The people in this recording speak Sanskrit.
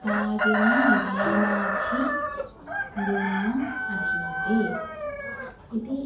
कार्यं निदानातिगुणान् अधीते इति